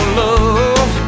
love